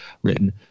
Written